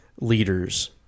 leaders